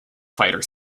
fighter